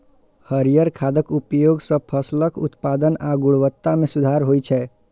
हरियर खादक उपयोग सं फसलक उत्पादन आ गुणवत्ता मे सुधार होइ छै